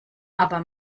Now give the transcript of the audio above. aber